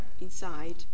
inside